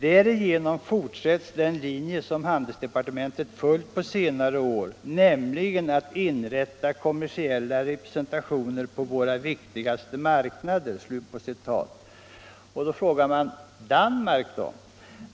Därigenom fortsätts den linje som handelsdepartementet följt på senare år, nämligen att inrätta kommersiella representationer på våra viktigaste marknader. Då frågar man: Danmark då?